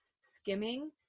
skimming